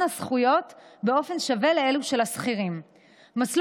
הזכויות באופן שווה לאלו של השכירים מסלול,